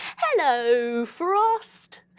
hello frost!